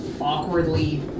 awkwardly